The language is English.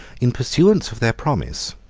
in pursuance of their promise,